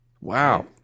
Wow